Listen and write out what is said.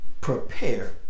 prepare